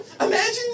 imagine